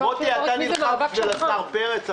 יוגב, אתה נלחם בשביל הרב פרץ עכשיו.